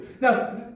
Now